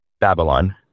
Babylon